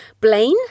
Blaine